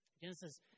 Genesis